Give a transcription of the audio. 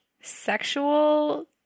sexual